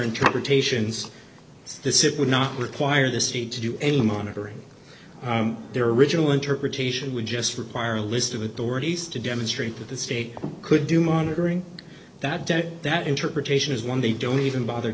interpretations this it would not require the city to do any monitoring their original interpretation would just require a list of authorities to demonstrate that the state could do monitoring that debt that interpretation is one they don't even bother